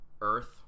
earth